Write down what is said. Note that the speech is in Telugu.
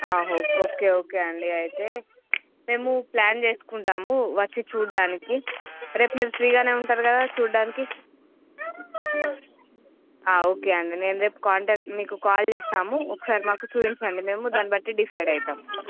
ఓకే ఓకే అండీ అయితే మేము ప్లాన్ చేసుకుంటాము వచ్చి చూడటానికి రేపు మీరు ఫ్రీ గానే ఉంటారు కదా చూడటానికి ఓకే అండీ నేను రేపు కాంటాక్ట్ మీకు కాల్ చేస్తాము ఒకసారి మాకు చూపించండి దాన్ని బట్టి డిసైడ్ అయితాం